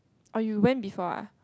oh you went before ah